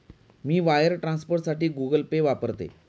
मी wire ट्रान्सफरसाठी Google Pay वापरते